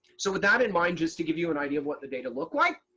so with that in mind just to give you an idea of what the data look like,